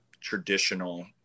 traditional